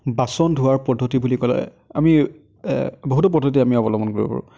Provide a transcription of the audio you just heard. বাচন ধোৱাৰ পদ্ধতি বুলি ক'লে আমি বহুতো পদ্ধতি আমি অৱলম্বন কৰিব পাৰোঁ